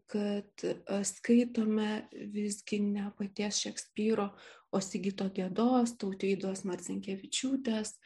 kad skaitome visgi ne paties šekspyro o sigito gedos tautvydos marcinkevičiūtės